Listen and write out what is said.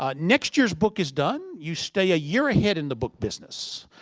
ah next year's book is done. you stay a year ahead in the book business.